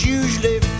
usually